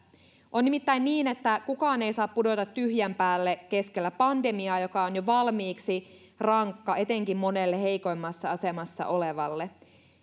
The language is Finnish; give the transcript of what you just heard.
on nimittäin niin että kukaan ei saa pudota tyhjän päälle keskellä pandemiaa joka on jo valmiiksi rankka etenkin monelle heikoimmassa asemassa olevalle